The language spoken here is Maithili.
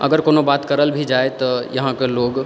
अगर कोनो बात करल भी जाइ तऽ इहाँके लोग